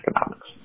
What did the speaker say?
economics